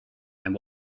and